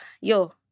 Yo